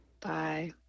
Bye